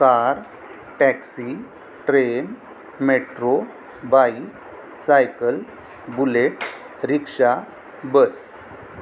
car taxi train metro bike cycle bullet rickshaw bus